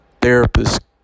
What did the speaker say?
therapist